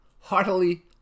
heartily